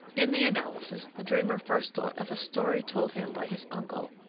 in the analysis the dreamer first thought of a story told him by his uncle,